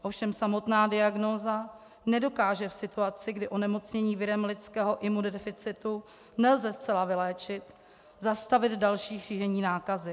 Ovšem samotná diagnóza nedokáže v situaci, kdy onemocnění virem lidského imunodeficitu nelze zcela vyléčit, zastavit další šíření nákazy.